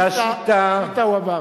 שיטה הוא אמר.